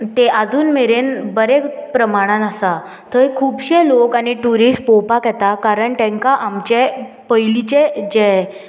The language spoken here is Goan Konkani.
ते आजून मेरेन बरे प्रमाणान आसा थंय खुबशे लोक आनी ट्युरिस्ट पोवपाक येता कारण तांकां आमचे पयलींचे जे